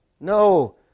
no